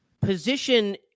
Position